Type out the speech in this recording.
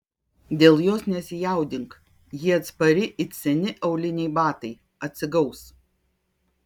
dėl jos nesijaudink ji atspari it seni auliniai batai atsigaus